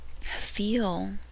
feel